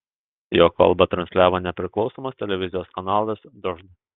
jo kalbą transliavo nepriklausomas televizijos kanalas dožd